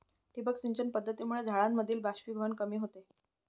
ठिबक सिंचन पद्धतीमुळे झाडांमधील बाष्पीभवन कमी होते